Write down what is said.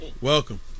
Welcome